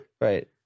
Right